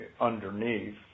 underneath